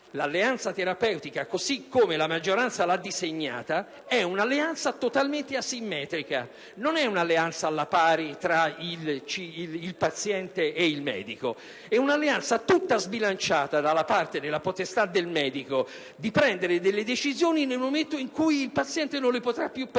L'alleanza terapeutica, infatti, così come la maggioranza l'ha delineata, è totalmente asimmetrica: non è alla pari tra il paziente il medico, è un'alleanza tutta sbilanciata dalla parte della potestà del medico di prendere delle decisioni nel momento in cui il paziente non le potrà più prendere.